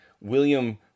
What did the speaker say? William